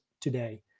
today